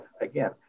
again